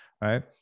right